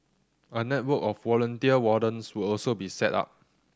a network of volunteer wardens will also be set up